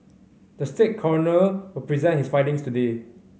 the state coroner will present his findings today